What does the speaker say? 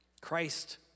Christ